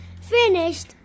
finished